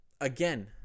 again